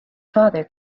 father